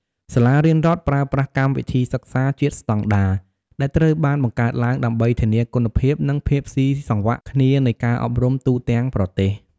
សាលារៀនរដ្ឋប្រើប្រាស់កម្មវិធីសិក្សាជាតិស្តង់ដារ ដែលត្រូវបានបង្កើតឡើងដើម្បីធានាគុណភាព និងភាពស៊ីសង្វាក់គ្នានៃការអប់រំទូទាំងប្រទេស។